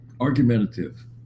argumentative